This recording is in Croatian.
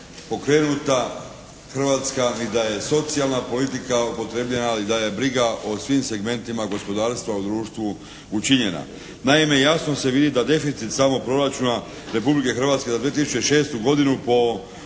pokrenuta Hrvatska, ni da je socijalna politika upotrijebljena ili da je briga o svim segmentima gospodarstva u društvu učinjena. Naime, jasno se vidi da deficit samog proračuna Republike Hrvatske za 2006. godinu po